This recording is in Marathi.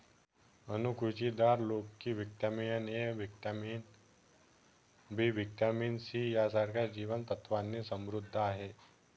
अणकुचीदार लोकी vitamin A, vitamin B, vitamin C यांसारख्या जीवन सत्त्वांनी समृद्ध आहे